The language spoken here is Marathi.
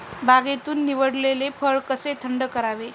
बागेतून निवडलेले फळ कसे थंड करावे?